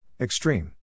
Extreme